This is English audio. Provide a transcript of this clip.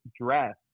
dress